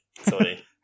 Sorry